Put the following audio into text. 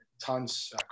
Tons